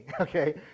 okay